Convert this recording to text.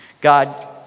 God